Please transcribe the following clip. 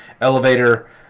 elevator